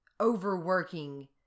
overworking